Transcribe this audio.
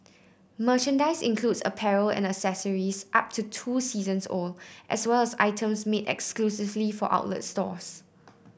merchandise includes apparel and accessories up to two seasons old as well as items made exclusively for outlet stores